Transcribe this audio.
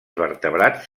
vertebrats